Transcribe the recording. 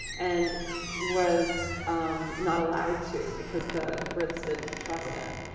and was not allowed to because the brits didn't trust him.